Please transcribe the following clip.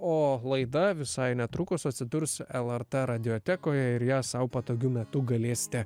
o laida visai netrukus atsidurs lrt radiotekoje ir ją sau patogiu metu galėsite